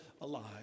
alive